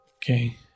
Okay